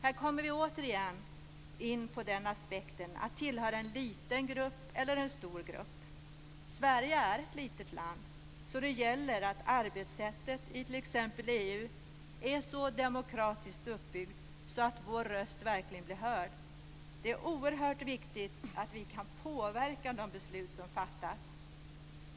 Här kommer vi återigen in på aspekten att tillhöra en liten grupp eller en stor. Sverige är ett litet land, så det gäller att arbetssättet i t.ex. EU är så demokratiskt uppbyggt att vår röst verkligen blir hörd. Det är oerhört viktigt att vi kan påverka de beslut som fattas.